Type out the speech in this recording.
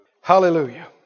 Hallelujah